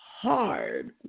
hard